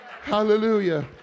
Hallelujah